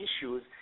issues